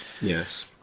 Yes